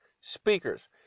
speakers